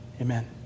amen